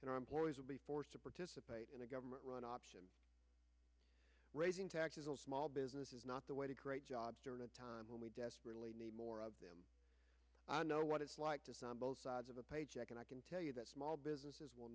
and are employees will be forced to participate in a government run option raising taxes on small business is not the way to create jobs during a time when we desperately need more of them i know what it's like to some both sides of a paycheck and i can tell you that small businesses will